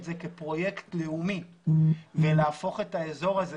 זה כפרויקט לאומי ולהפוך את האזור הזה.